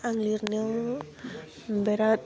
आं लिरनो बेराद